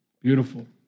Beautiful